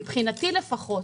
מבחינתי לפחות.